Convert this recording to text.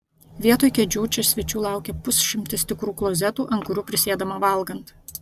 vietoj kėdžių čia svečių laukia pusšimtis tikrų klozetų ant kurių prisėdama valgant